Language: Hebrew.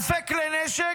אלפי כלי נשק,